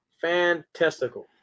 fantastical